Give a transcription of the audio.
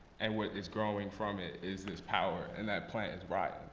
and what is growing from it is this power, and that plant is rioting.